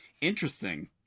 interesting